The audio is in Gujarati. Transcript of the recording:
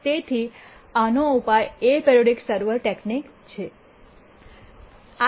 તેથી આનો ઉપાય એપરિઓડિક સર્વર તકનીક છે